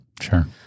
Sure